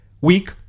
weak